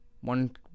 One